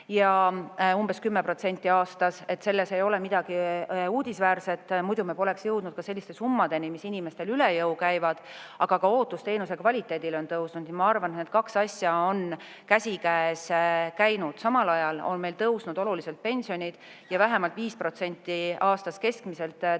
ja umbes 10% aastas. Selles ei ole midagi uudisväärset. Muidu me poleks jõudnud selliste summadeni, mis inimestele üle jõu käivad. Aga ka ootus teenuse kvaliteedile on tõusnud ja ma arvan, et need kaks asja on käsikäes käinud. Samal ajal on meil tõusnud oluliselt pensionid ja vähemalt 5% aastas keskmiselt tõusevad